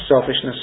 selfishness